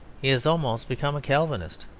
he has almost become a calvinist.